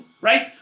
Right